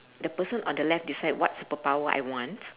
the person on the left decide what superpower power I want